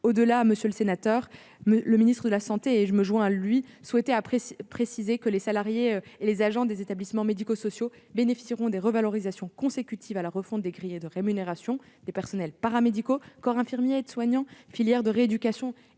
Au-delà, monsieur le sénateur, le ministre des solidarités et de la santé, auquel je me joins, souhaitait préciser que les salariés et les agents des établissements médico-sociaux bénéficieront des revalorisations consécutives à la refonte des grilles de rémunérations des personnels paramédicaux- infirmiers, aides-soignants, filières de rééducation